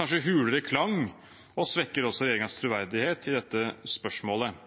kanskje en litt hulere klang, og svekker også regjeringens troverdighet i dette spørsmålet.